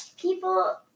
People